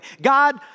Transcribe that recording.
God